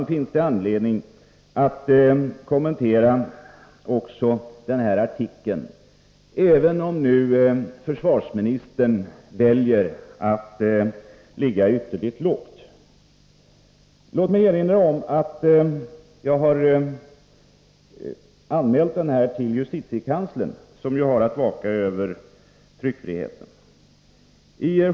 Jag tycker att det finns anledning att kommentera den artikel jag åberopat, även om försvarsministern väljer att ”ligga lågt”. Låt mig erinra om att jag anmält artikeln till justitiekanslern, som ju har att vaka över tryckfriheten.